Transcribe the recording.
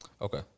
Okay